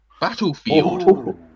Battlefield